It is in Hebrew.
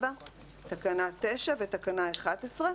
תקנה 9 ותקנה 11,